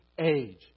age